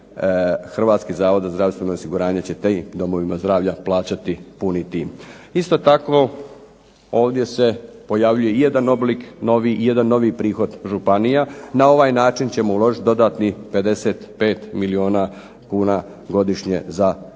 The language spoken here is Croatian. Hrvatski zavod za zdravstveno osiguranje će tim domovima zdravlja plaćati puni tim. Isto tako, ovdje se pojavljuje i jedan oblik novi i jedan novi prihod županija. Na ovaj način ćemo uložiti dodatnih 55 milijuna kuna godišnje za